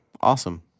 Awesome